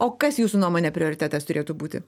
o kas jūsų nuomone prioritetas turėtų būti